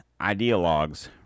ideologues